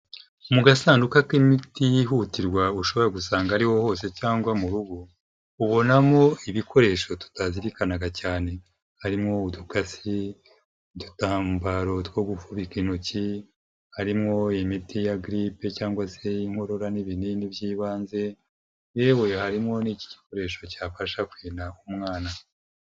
Mu gasanduku k'imiti yihutirwa ushobora gusanga ariho hose cyangwa mu rugo, ubonamo ibikoresho tutazirikanaga cyane, harimo udukasi, udutambaro two gupfuka intoki, harimo imiti ya grippe cyangwa se iy'inkorora n'ibinini by'ibanze yewe harimo n'ikindi gikoresho cyafasha kurinda umwana.